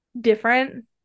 different